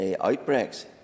outbreaks